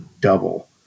double